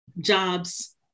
jobs